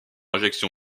injection